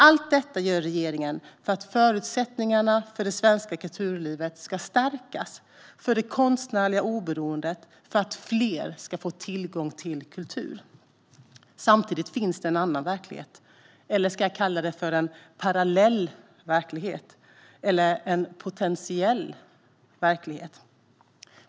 Allt detta gör regeringen för att förutsättningarna för det svenska kulturlivet ska stärkas, för det konstnärliga oberoendet och för att fler ska få tillgång till kultur. Samtidigt finns det en annan verklighet, eller jag kanske ska kalla det för en parallell verklighet eller en potentiell verklighet.